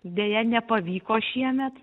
deja nepavyko šiemet